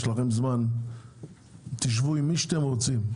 עד אז יש לכם זמן לשבת עם מי שאתם רוצים,